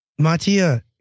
Matia